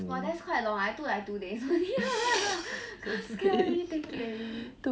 !wah! that's quite eh I took like two days only cause cannot really take it already